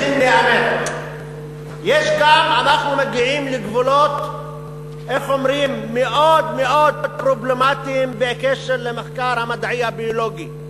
אנחנו גם מגיעים לגבולות מאוד פרובלמטיים בקשר למחקר המדעי הביולוגי,